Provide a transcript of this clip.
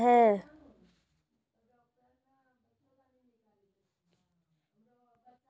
कीट फसलों मे कितने दिनों मे लगते हैं?